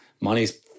money's